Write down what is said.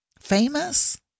famous